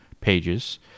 pages